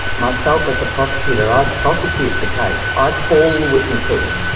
myself as a prosecutor, i'd prosecute the case, i call the witnesses,